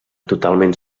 totalment